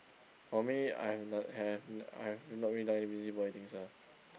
for me I've not have not I've not really done any busybody things ah